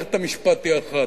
מערכת המשפט היא אחת.